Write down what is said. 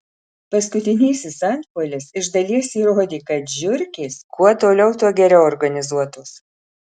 paskutinysis antpuolis iš dalies įrodė kad žiurkės kuo toliau tuo geriau organizuotos